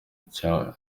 cya